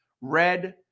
Red